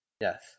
yes